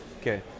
Okay